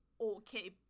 okay